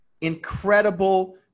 incredible